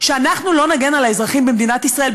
שאנחנו לא נגן על האזרחים במדינת ישראל,